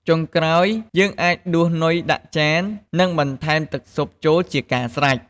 ចុងក្រោយ យើងអាចដួសនុយដាក់ចាន និងបន្ថែមទឹកស៊ុបចូលជាការស្រេច។